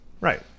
Right